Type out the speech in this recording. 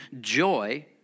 joy